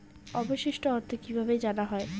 অবশিষ্ট অর্থ কিভাবে জানা হয়?